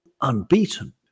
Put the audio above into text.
unbeaten